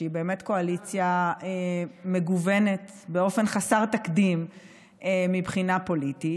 שהיא באמת קואליציה מגוונת באופן חסר תקדים מבחינה פוליטית.